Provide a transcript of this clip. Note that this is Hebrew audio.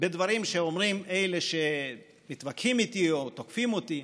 בדברים שאומרים אלה שמתווכחים איתי או תוקפים אותי,